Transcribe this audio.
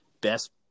best